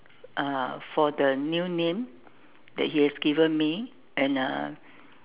uh for the new name that he has given me and uh